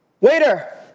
Waiter